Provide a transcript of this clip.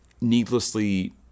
needlessly